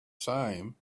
same